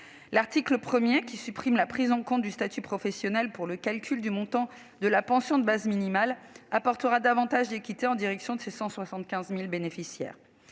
L'article 1 qui tend à supprimer la prise en compte du statut professionnel pour le calcul du montant de la pension de base minimale apportera davantage d'équité en faveur de ses 175 000 bénéficiaires.